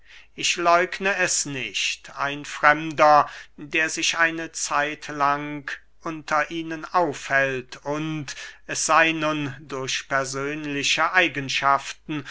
ich läugne es nicht ein fremder der sich eine zeitlang unter ihnen aufhält und es sey nun durch persönliche eigenschaften